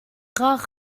rares